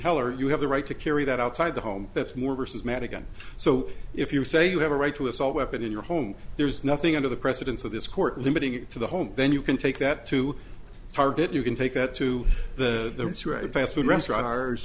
hell or you have the right to carry that outside the home that's more versus madigan so if you say you have a right to assault weapon in your home there's nothing under the precedence of this court limiting it to the home then you can take that to target you can take that to the past the restaurant